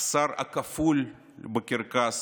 השר הכפול בקרקס,